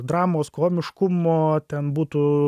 dramos komiškumo ten būtų